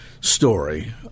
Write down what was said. story